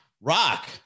Rock